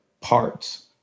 parts